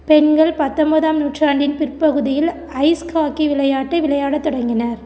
பெண்கள் பத்தொம்போதாம் நூற்றாண்டின் பிற்பகுதியில் ஐஸ் ஹாக்கி விளையாட்டை விளையாடத் தொடங்கினர்